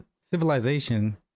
Civilization